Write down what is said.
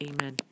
Amen